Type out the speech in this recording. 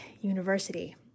university